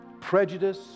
prejudice